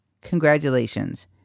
congratulations